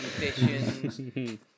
conditions